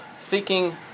seeking